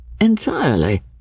Entirely